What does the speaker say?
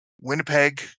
Winnipeg